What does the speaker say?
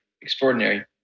extraordinary